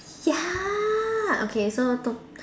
ya okay so tot~